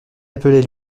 appelait